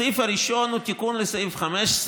הסעיף הראשון הוא תיקון סעיף 15: